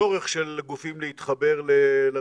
צורך של גופים להתחבר לתשתיות,